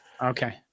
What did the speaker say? Okay